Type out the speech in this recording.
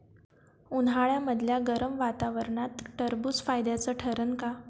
उन्हाळ्यामदल्या गरम वातावरनात टरबुज फायद्याचं ठरन का?